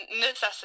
Necessity